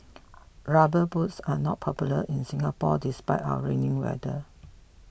rubber boots are not popular in Singapore despite our rainy weather